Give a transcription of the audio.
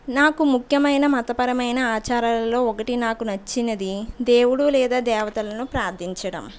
నాకు ముఖ్యమైన మతపరమైన ఆచారాలలో ఒకటి నాకు నచ్చినది దేవుడు లేదా దేవతలను ప్రార్దించడం